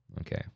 Okay